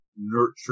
nurture